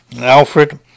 alfred